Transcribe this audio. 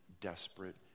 desperate